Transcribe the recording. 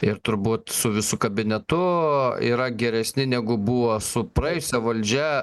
ir turbūt su visu kabinetu yra geresni negu buvo su praėjusia valdžia